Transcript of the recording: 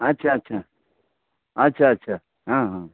अच्छा अच्छा अच्छा अच्छा हँ हँ